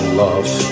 love